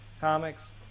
comics